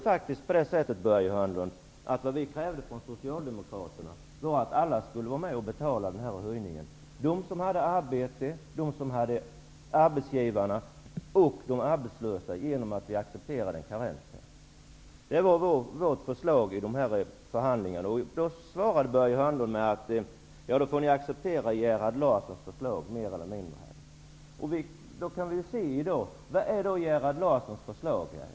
Vi socialdemokrater krävde att alla skulle vara med och betala den här höjningen, dvs. de som hade arbete, arbetsgivarna och de arbetslösa. Det var detta som gjorde att vi accepterade karensen. Det var vårt förslag i dessa förhandlingar. Då svarade Börje Hörnlund med att vi skulle acceptera Gerhard Larssons förslag. Vad är då Gerhard Larssons förslag?